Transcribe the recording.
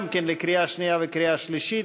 גם כן לקריאה שנייה ולקריאה שלישית.